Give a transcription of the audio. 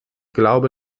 glaube